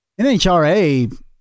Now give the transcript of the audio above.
NHRA